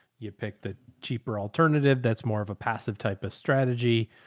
you pick the cheaper alternative. that's more of a passive type of strategy,